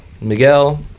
Miguel